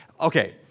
okay